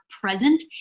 present